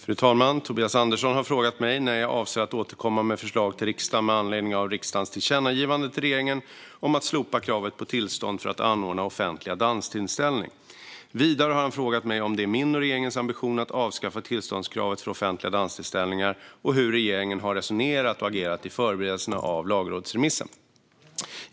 Fru talman! Tobias Andersson har frågat mig när jag avser att återkomma med förslag till riksdagen med anledning av riksdagens tillkännagivande till regeringen om att slopa kravet på tillstånd för att anordna offentlig danstillställning. Vidare har han frågat mig om det är min och regeringens ambition att avskaffa tillståndskravet för offentliga danstillställningar och hur regeringen har resonerat och agerat i förberedelserna av lagrådsremissen.